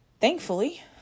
Thankfully